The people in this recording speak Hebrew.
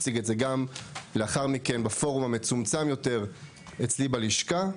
הציג את זה גם לאחר מכן בפורום המצומצם יותר אצלי בלשכה.